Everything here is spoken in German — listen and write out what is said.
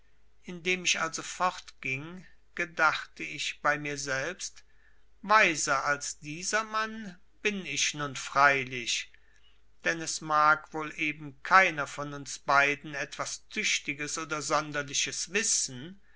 indem ich also fortging gedachte ich bei mir selbst weiser als dieser mann bin ich nun freilich denn es mag wohl eben keiner von uns beiden etwas tüchtiges oder sonderliches wissen